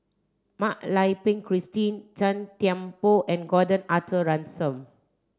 Mak Lai Peng Christine Gan Thiam Poh and Gordon Arthur Ransome